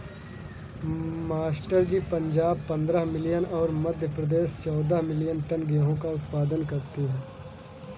master ji Punjab पंद्रह million और मध्य प्रदेश चौदह मिलीयन टन गेहूं का उत्पादन करती है